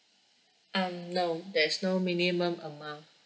um no there's no minimum amount